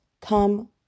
come